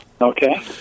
Okay